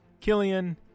Killian